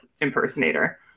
impersonator